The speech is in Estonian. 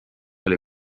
oli